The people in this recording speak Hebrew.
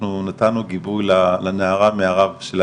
נתנו גיבוי לנערה מהרב של העיר,